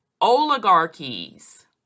oligarchies